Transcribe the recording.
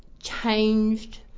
changed